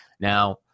Now